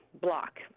block